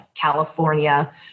california